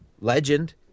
Legend